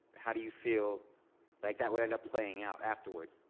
how do you feel like that would end up playing out afterwards?